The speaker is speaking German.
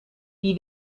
wie